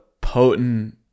potent